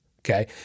Okay